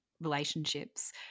relationships